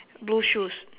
blue shoes